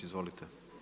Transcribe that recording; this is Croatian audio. Izvolite.